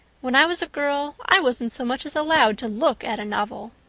when i was a girl i wasn't so much as allowed to look at a novel.